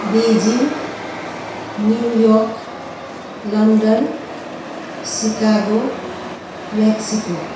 Beijing New York London Chicago Mexico